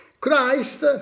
Christ